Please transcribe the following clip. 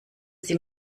sie